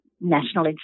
National